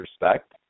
respect